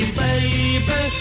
baby